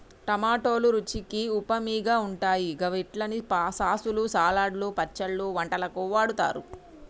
టమాటోలు రుచికి ఉమామిగా ఉంటాయి గవిట్లని సాసులు, సలాడ్లు, పచ్చళ్లు, వంటలకు వాడుతరు